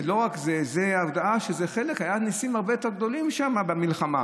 ולא רק זה, היו ניסים הרבה יותר גדולים שם במלחמה.